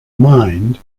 mind